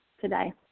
today